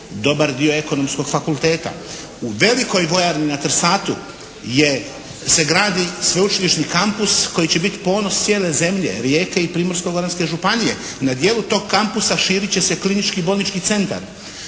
dobar dio ekonomskog fakulteta. U velikoj vojarni na Trsatu se gradi sveučilišni kampus koji će biti ponos cijele zemlje, Rijeke i Primorsko-goranske županije. Na dijelu tog kampusa širit će se klinički bolnički centar.